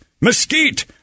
Mesquite